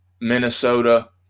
Minnesota